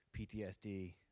PTSD